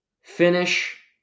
finish